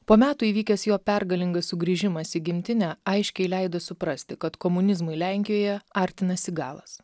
po metų įvykęs jo pergalingas sugrįžimas į gimtinę aiškiai leido suprasti kad komunizmui lenkijoje artinasi galas